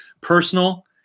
Personal